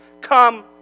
come